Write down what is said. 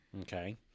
okay